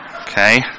Okay